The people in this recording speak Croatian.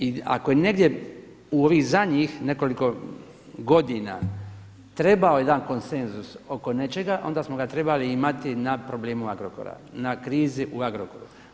I ako je negdje u ovih zadnjih nekoliko godina trebao jedan konsenzus oko nečega, onda smo ga trebali imati na problemu Agrokora, na krizi u Agrokoru.